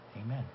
amen